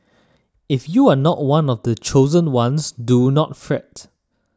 if you are not one of the chosen ones do not fret